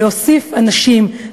להוסיף אנשים,